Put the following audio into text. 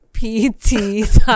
pt